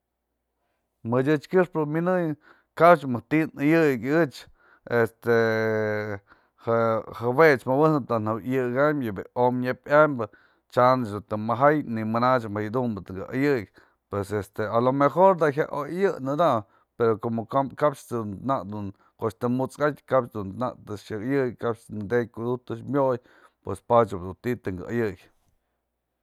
Mëch ëch kyëxpë minëyën ka'ap mejk ti nyayëk ech este jue ech mabëjnëp njawë yayëka'am yë bi'i o'omÿ nep yambë tyanëch dun të maja'ay nymana mëjk yë dumbë tënkë ayë'ëk, pues este a lo mejor da jya oyayëjnë da, pero como ka'ap nak, ko'o ech tën mut's atyë, ka'ap dun nak të xyak ayë'ëk, kap detyë kudu'ujtë të myoy pues padyë op du ti'i tën kë ayë'ëk.